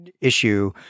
issue